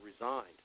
resigned